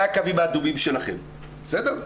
מה הקו האדום שלכם' בסדר?